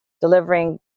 delivering